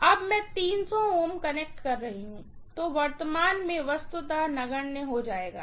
अब मैं 300 Ω कनेक्ट कर रहा हूं तो वर्तमान में वस्तुतः नगण्य हो जाएगा